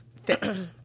fix